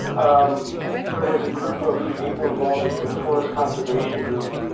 um there was a group of people involved with the forest conservation group,